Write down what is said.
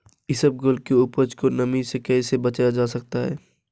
इसबगोल की उपज को नमी से कैसे बचाया जा सकता है?